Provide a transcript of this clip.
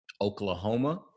Oklahoma